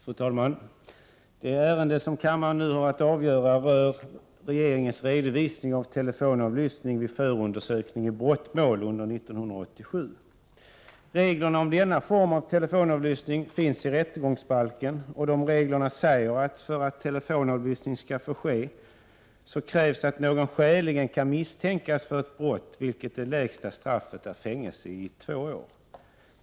Fru talman! Det ärende som kammaren nu har att avgöra rör regeringens redovisning av telefonavlyssning vid förundersökning i brottmål under 1987. Reglerna om denna form av telefonavlyssning finns i rättegångsbalken. De reglerna säger att för att telefonavlyssning skall få ske krävs att någon skäligen kan misstänkas för ett brott för vilket det lägsta straffet är fängelse i två år.